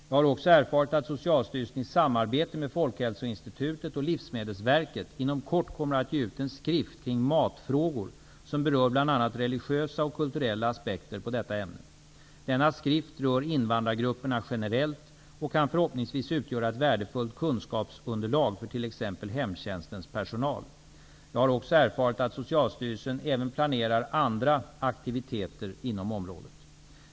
Jag har också erfarit att Socialstyrelsen i samarbete med Folkhälsoinstitutet och Livsmedelsverket inom kort kommer att ge ut en skrift kring matfrågor som berör bl.a. religiösa och kulturella aspekter på detta ämne. Denna skrift rör invandrargrupperna generellt och kan förhoppningsvis utgöra ett värdefullt kunskapsunderlag för t.ex. hemtjänstens personal. Jag har också erfarit att Socialstyrelsen även planerar andra aktiviteter inom området.